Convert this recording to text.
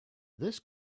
this